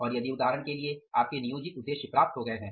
और यदि उदाहरण के लिए आपके नियोजित उद्देश्य प्राप्त हो गए हैं